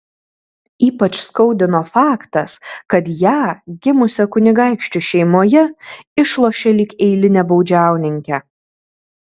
ypač skaudino faktas kad ją gimusią kunigaikščių šeimoje išlošė lyg eilinę baudžiauninkę